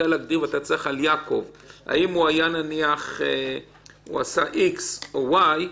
אם אתה צריך לדעת על יעקב אם הוא עשה איקס או וואי,